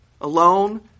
alone